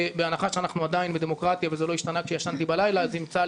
בהנחה שאנחנו עדיין בדמוקרטיה וזה לא השתנה כשישנתי בלילה אז אם צה"ל